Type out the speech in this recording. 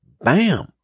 bam